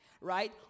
right